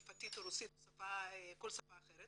צרפתית או רוסית או כל שפה אחרת